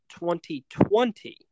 2020